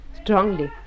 strongly